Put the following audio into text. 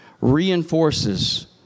reinforces